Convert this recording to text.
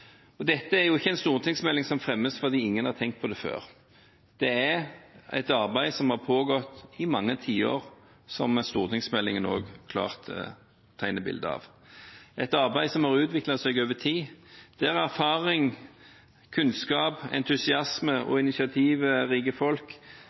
jobbe. Dette er ikke en stortingsmelding som fremmes fordi ingen har tenkt på det før. Det er et arbeid som har pågått i mange tiår, som også stortingsmeldingen klart tegner et bilde av. Det er et arbeid som har utviklet seg over tid, der erfaring, kunnskap, entusiasme og